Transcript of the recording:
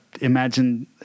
imagine